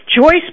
Joyce